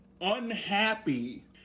unhappy